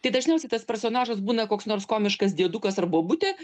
tai dažniausiai tas personažas būna koks nors komiškas diedukas ar bobutė